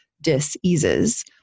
diseases